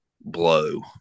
blow